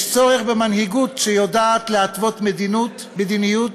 יש צורך במנהיגות שיודעת להתוות מדיניות,